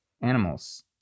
animals